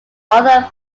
other